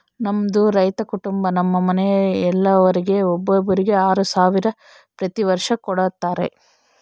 ನಮ್ಮದು ರೈತ ಕುಟುಂಬ ನಮ್ಮ ಮನೆಯವರೆಲ್ಲರಿಗೆ ಒಬ್ಬರಿಗೆ ಆರು ಸಾವಿರ ಪ್ರತಿ ವರ್ಷ ಕೊಡತ್ತಾರೆ